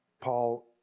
Paul